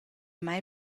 mei